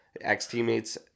ex-teammates